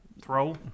throw